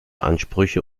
ansprüche